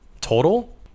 total